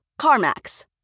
CarMax